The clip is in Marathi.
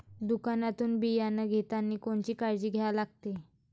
दुकानातून बियानं घेतानी कोनची काळजी घ्या लागते?